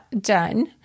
done